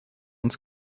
uns